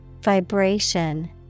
Vibration